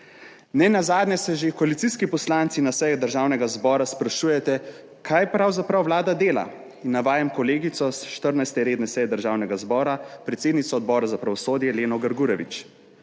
Nenazadnje se že koalicijski poslanci na seji Državnega zbora sprašujete kaj pravzaprav Vlada dela. Navajam kolegico s 14. redne seje Državnega zbora, predsednico Odbora za pravosodje, Leno Grgurevič: